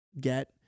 get